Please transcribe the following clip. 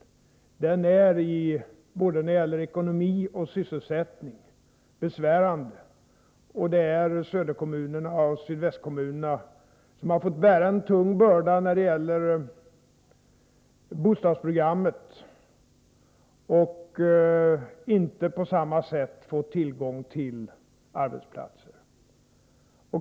Obalansen är besvärande i fråga om både ekonomi och sysselsättning, och det är söderoch sydvästkommunerna som när det gäller bostadsprogrammet har fått bära en tung börda och som inte på samma sätt har fått tillgång till arbetsplatser.